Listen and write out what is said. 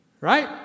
Right